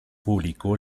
publicó